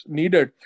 needed